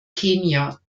kenia